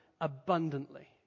abundantly